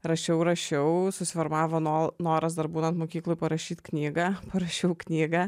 rašiau rašiau susiformavo nol noras dar būnant mokykloj parašyt knygą parašiau knygą